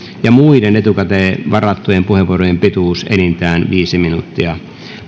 ja muiden etukäteen varattujen puheenvuorojen pituus enintään viisi minuuttia